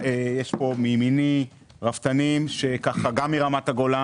מימיני יושבים רפתנים מרמת הגולן.